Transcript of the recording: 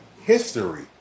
history